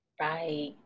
Right